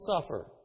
suffer